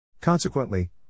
Consequently